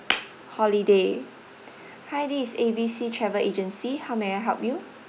holiday hi this is A B C travel agency how may I help you